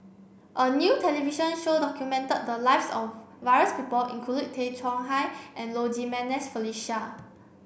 a new television show documented the lives of various people including Tay Chong Hai and Low Jimenez Felicia